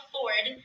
Ford